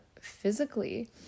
physically